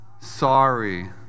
sorry